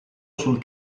sul